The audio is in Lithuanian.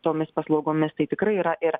tomis paslaugomis tai tikrai yra ir